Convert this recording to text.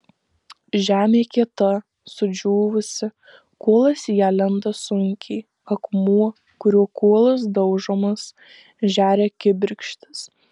žemė kieta sudžiūvusi kuolas į ją lenda sunkiai akmuo kuriuo kuolas daužomas žeria kibirkštis